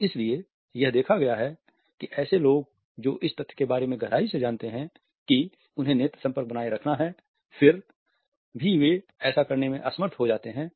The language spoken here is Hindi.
और इसलिए यह देखा गया है कि ऐसे लोग जो इस तथ्य के बारे में गहराई से जानते हैं कि उन्हें नेत्र संपर्क बनाए रखना है फिर भी वे ऐसा करने में असमर्थ हो जाते हैं